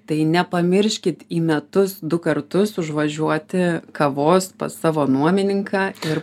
tai nepamirškit į metus du kartus užvažiuoti kavos pas savo nuomininką ir